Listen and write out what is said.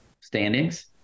standings